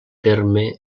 terme